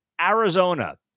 Arizona